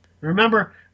Remember